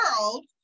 world